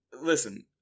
listen